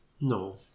No